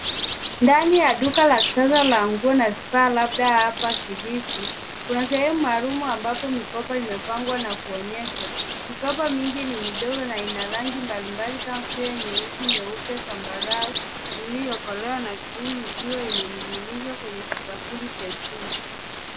Ndani ya duka la kisasa la nguo na vifaa labda hapa Kilifi, kuna sehemu maalum ambapo mikoba imepangwa na kuonyeshwa. Mikoba mingi ni midogo na ina rangi mbalimbali kama vile nyeusi, nyeupe, zambarau iliyokolea na krimu ikiwa imeninginizwa kwenye vibakuli vya chuma.